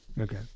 Okay